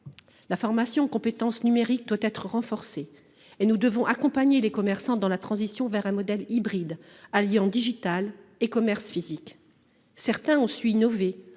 La formation aux compétences numériques doit être renforcée. Nous devons accompagner les commerçants dans la transition vers un modèle hybride, alliant numérique et commerce physique. Certains ont su innover